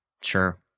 Sure